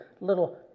little